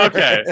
Okay